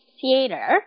theater